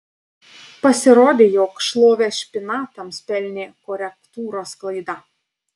pasirodė jog šlovę špinatams pelnė korektūros klaida